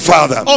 Father